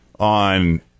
On